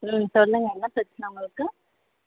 ம் சொல்லுங்கள் என்ன பிரச்சனை உங்களுக்கு